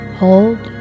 hold